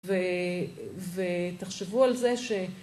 ו... ותחשבו על זה ש...